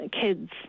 kids